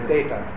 Data